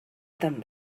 tan